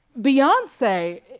Beyonce